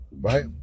Right